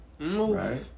Right